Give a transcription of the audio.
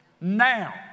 now